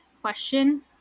question